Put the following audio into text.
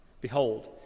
Behold